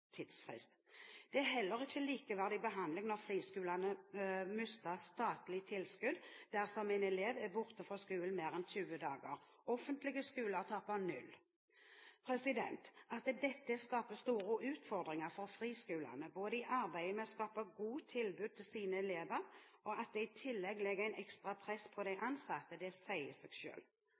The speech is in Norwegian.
Det er heller ikke likeverdig behandling når friskolene mister statlig tilskudd dersom en elev er borte fra skolen mer enn 20 dager – offentlige skoler taper null. At dette skaper store utfordringer for friskolene i arbeidet med å skape gode tilbud til sine elever og i tillegg legger et ekstra press på de ansatte, sier seg